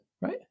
right